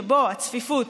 שבו הצפיפות,